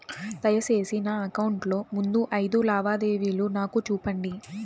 దయసేసి నా అకౌంట్ లో ముందు అయిదు లావాదేవీలు నాకు చూపండి